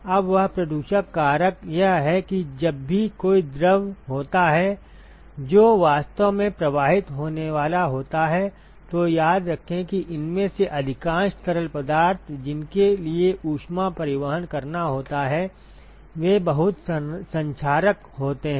अब यह प्रदूषक कारक यह है कि जब भी कोई द्रव होता है जो वास्तव में प्रवाहित होने वाला होता है तो याद रखें कि इनमें से अधिकांश तरल पदार्थ जिनके लिए ऊष्मा परिवहन करना होता है वे बहुत संक्षारक होते हैं